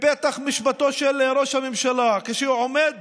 בפתח משפטו של ראש הממשלה, כשהוא עומד